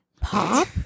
pop